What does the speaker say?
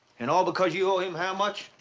and all because you owe him how much?